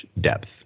depth